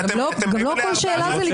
גם לא כל שאלה זה לתקוף.